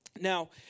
Now